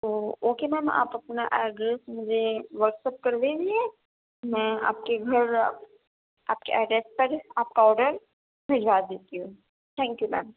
okay ma'am آپ اپنا address مجھے واٹس ایپ کر دیجیے میں آپ کے گھر آپ کے ایڈریس پر آپ کا آڈر بھجوا دیتی ہوں تھینک یو میم